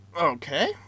Okay